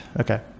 Okay